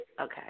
Okay